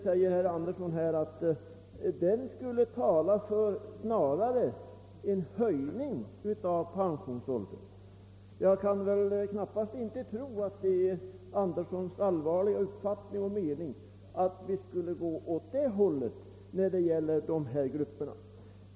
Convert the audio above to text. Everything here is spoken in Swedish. medellivslängden snarast skulle tala för en höjning av pensionsåldern. Det argumentet hade jag knappast väntat mig. Jag kan knappast tro att det är herr Andersons allvarliga mening att vi skulle ändra pensionsåldern åt det hållet för dessa grupper.